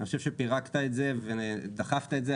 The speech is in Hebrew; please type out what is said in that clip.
אני חושב שפירקת את זה ודחפת את זה.